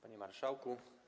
Panie Marszałku!